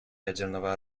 ядерного